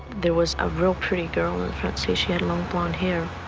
there was a real pretty girl in the front seat. she had a long blond hair.